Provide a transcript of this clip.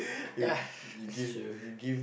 ya that's true